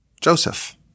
Joseph